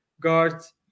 guards